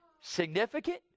significant